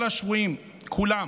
כל השבויים כולם